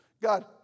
God